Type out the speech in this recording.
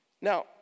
Now